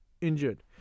injured